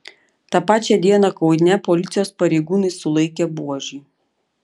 tą pačią dieną kaune policijos pareigūnai sulaikė buožį